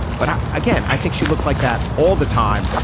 but again i think she looks like that all the time.